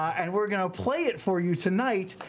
and we're going to play it for you tonight,